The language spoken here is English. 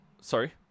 Sorry